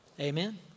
Amen